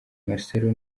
marcelo